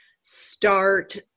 start